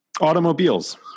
automobiles